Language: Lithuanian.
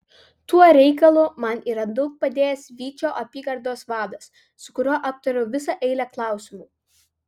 tuo reikalu man yra daug padėjęs vyčio apygardos vadas su kuriuo aptariau visą eilę klausimų